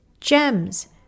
gems